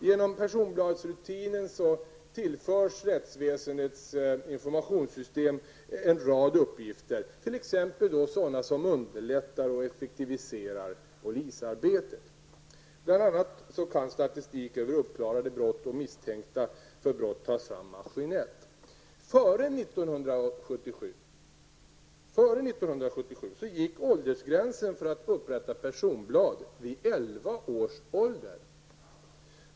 Genom personbladssystemet tillförs rättsväsendets informationssystem en rad uppgifter, t.ex. sådana som underlättar och effektiviserar polisarbetet. Bl.a. kan statistik över uppklarade brott och misstänkta för brott tas fram maskinellt. Före 1977 gick åldersgränsen för att upprätta personblad vid elva års ålder.